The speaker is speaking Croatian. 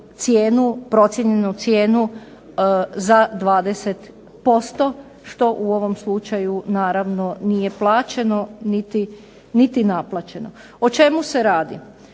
procijenjenu cijenu za 20%, što u ovom slučaju naravno nije plaćeno, niti naplaćeno. O čemu se radi?